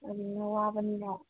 ꯑꯗꯨꯗꯨꯅ ꯋꯥꯕꯅꯤꯅ